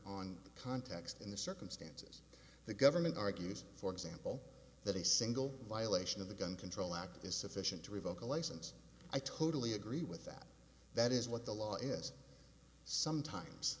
on the context in the circumstances the government argues for example that a single violation of the gun control act is sufficient to revoke a license i totally agree with that that is what the law is sometimes